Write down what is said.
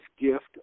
gift